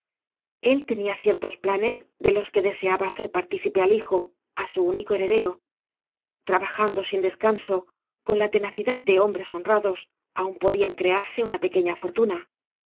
el tenía ciertos planes de los que deseaba hacer partícipe al hijo á su único heredero trabajando sin descanso con la tena cidad de hombres honrados aún podían crearse una pequeña fortuna